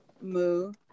Moo